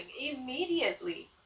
immediately